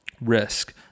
risk